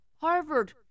Harvard